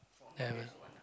never